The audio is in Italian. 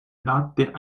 adatte